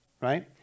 right